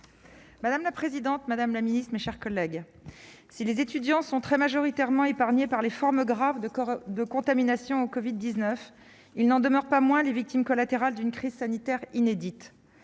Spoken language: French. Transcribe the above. Madame la présidente, madame la ministre, mes chers collègues, si les étudiants sont très majoritairement épargnés par les formes graves de contamination au covid-19, ils n'en demeurent pas moins les victimes collatérales d'une crise sanitaire inédite.